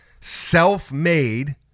self-made